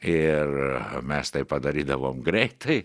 ir mes tai padarydavom greitai